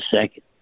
second